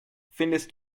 findest